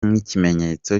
nk’ikimenyetso